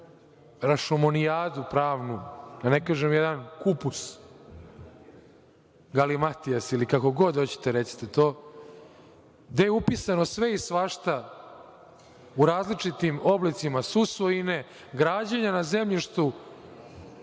rašomonijadu pravnu, da ne kažem – jedan kupus, galimatijas, ili kako god hoćete recite to, gde je upisano sve i svašta u različitim oblicima susvojine, građenje na zemljištu